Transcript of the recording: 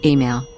Email